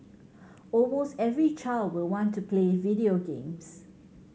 almost every child will want to play video games